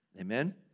Amen